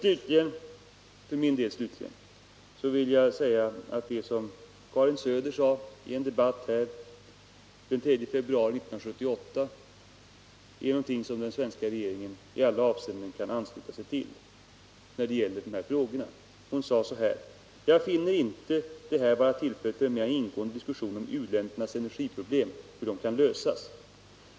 Slutligen — för min del slutligen — vill jag säga att det som Karin Söder sade i en debatt här den 3 februari 1978 är någonting som den svenska regeringen i alla avseenden kan ansluta sig till när det gäller dessa frågor. Hon sade: ”Jag finner inte det här vara tillfället för en mera ingående diskussion om hur u-ländernas energiproblem kan lösas.